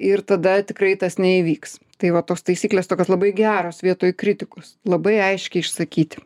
ir tada tikrai tas neįvyks tai va tos taisyklės tokios labai geros vietoj kritikos labai aiškiai išsakyti